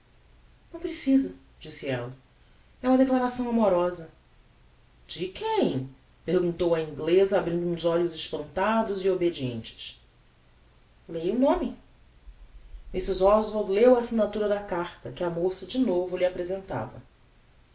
não precisa disse ella é uma declaração amorosa de quem perguntou a ingleza abrindo uns olhos espantados e obedientes leia o nome mrs oswald leu a assignatura da carta que a moça do novo lhe apresentava